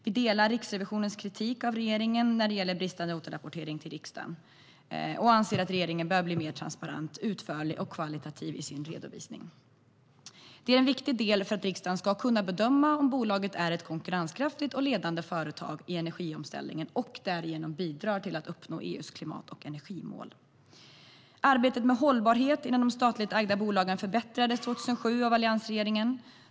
Vi delar Riksrevisionens kritik av regeringen när det gäller bristande återrapportering till riksdagen och anser att regeringen bör bli mer transparent, utförlig och kvalitativ i sin redovisning. Det är en viktig del för att riksdagen ska kunna bedöma om bolaget är ett konkurrenskraftigt och ledande företag i energiomställningen och därigenom bidrar till att uppnå EU:s klimat och energimål. Arbetet med hållbarhet inom de statligt ägda bolagen förbättrades 2007 av alliansregeringen.